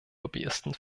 lobbyisten